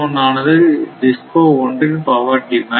ஆனது DISCO 1 இன் power demand